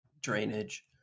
drainage